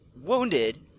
wounded